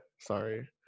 Sorry